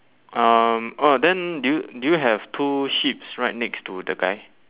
um oh then do you do you have two sheeps right next to the guy